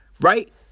Right